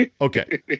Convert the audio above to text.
okay